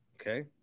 Okay